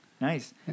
Nice